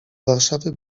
warszawy